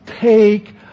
take